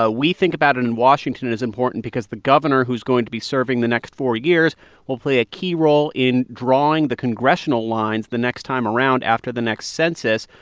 ah we think about it in washington and as important because the governor who's going to be serving the next four years will play a key role in drawing the congressional lines the next time around after the next census.